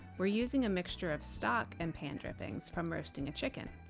we're using a mixture of stock and pan drippings from roasting a chicken.